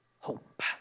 Hope